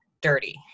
dirty